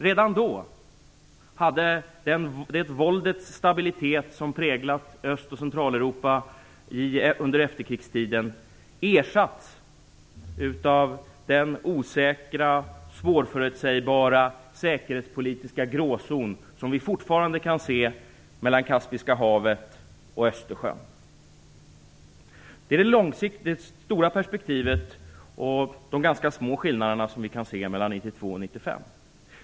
Redan då hade det våldets stabilitet som hade präglat Öst och Centraleuropa under efterkrigstiden ersatts av den osäkra och svårförutsägbara säkerhetspolitiska gråzon som vi fortfarande kan se mellan Kaspiska havet och Östersjön. Det är det stora perspektivet och de ganska små skillnaderna som vi kan se mellan 1992 och 1995.